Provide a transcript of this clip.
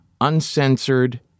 uncensored